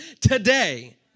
today